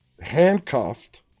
handcuffed